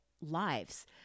lives